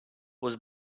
was